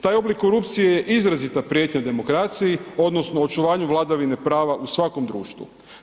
Taj oblik korupcije je izrazita prijetnja demokraciji odnosno očuvanju vladavine prava u svakom društvu.